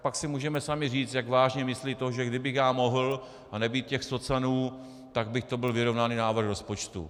Pak si můžeme sami říct, jak vážně myslí to, že kdybych já mohl a nebýt těch socanů, tak by to byl vyrovnaný návrh rozpočtu.